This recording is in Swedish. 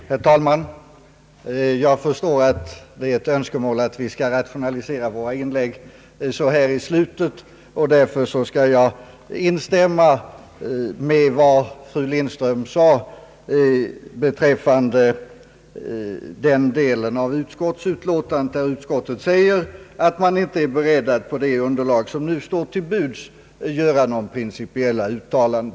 Herr talman! Jag förstår att det är ett önskemål att vi skall rationalisera våra inlägg så här i slutet av debatten. Därför skall jag instämma i vad fru Lindström sade beträffande den del av utskottsutlåtandet där utskottet säger att man inte är beredd att på det underlag som nu står till buds göra några principiella uttalanden.